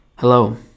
Hello